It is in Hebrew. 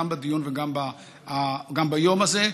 גם בדיון וגם ביום הזה,